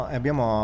abbiamo